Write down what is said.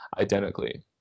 identically